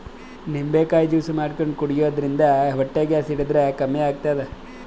ನಿಂಬಿಕಾಯಿ ಜ್ಯೂಸ್ ಮಾಡ್ಕೊಂಡ್ ಕುಡ್ಯದ್ರಿನ್ದ ಹೊಟ್ಟಿ ಗ್ಯಾಸ್ ಹಿಡದ್ರ್ ಕಮ್ಮಿ ಆತದ್